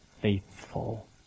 faithful